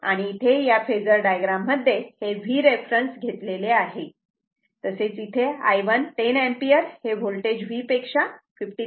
आणि इथे या फेजर डायग्राम मध्ये हे V रेफरन्स घेतलेले आहे आणि इथे I1 10 एम्पिअर हे होल्टेज V पेक्षा 53